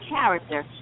character